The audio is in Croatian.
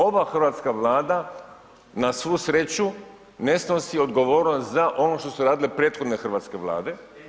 Ova hrvatska vlada, na svu sreću ne snosi odgovornost za ono što su radile prethodne hrvatske vlade.